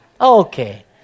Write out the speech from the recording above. Okay